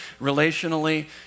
relationally